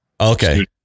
Okay